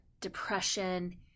depression